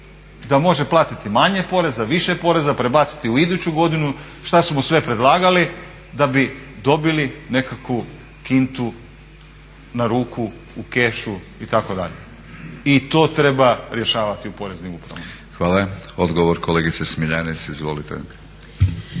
da može platiti manje poreza, više poreza, prebaciti u iduću godinu, šta su mu sve predlagali da bi dobili nekakvu kintu na ruku u kešu itd. I to treba rješavati u poreznim upravama. **Batinić, Milorad (HNS)** Hvala. Odgovor, kolegice Smiljanec izvolite.